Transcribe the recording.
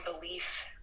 belief